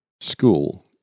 school